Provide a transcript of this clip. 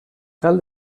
cal